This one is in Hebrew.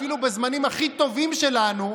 אפילו בזמנים הכי טובים שלנו,